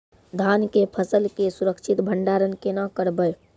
धान के फसल के सुरक्षित भंडारण केना करबै?